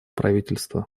правительства